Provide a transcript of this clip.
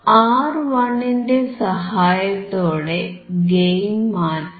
R1ന്റെ സഹായത്തോടെ ഗെയിൻ മാറ്റാം